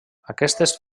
aquestes